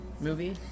movie